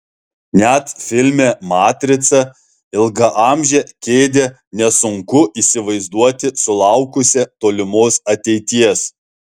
net filme matrica ilgaamžę kėdę nesunku įsivaizduoti sulaukusią tolimos ateities